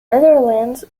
netherlands